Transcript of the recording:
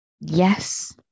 yes